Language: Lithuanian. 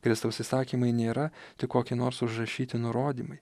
kristaus įsakymai nėra tik kokie nors užrašyti nurodymai